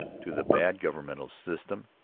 to the bad governmental system,